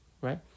right